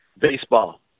baseball